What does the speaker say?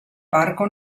parco